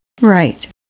Right